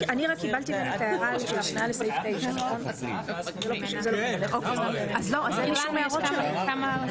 זה יכול להיות אליו וזה יכול להיות אליי.